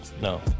No